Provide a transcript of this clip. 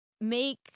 make